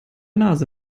nase